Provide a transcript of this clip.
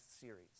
series